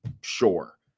Sure